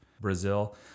Brazil